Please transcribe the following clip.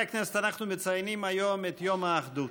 חברי הכנסת, אנחנו מציינים היום את יום האחדות.